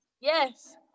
Yes